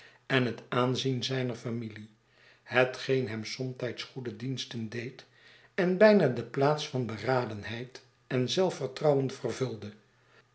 en het aanzien zijner familie hetgeen hem somtijds goede diensten deed en bijna de plaats van beradenheid en zelfvertrouwen vervulde